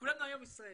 כולנו היום ישראלים.